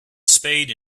spade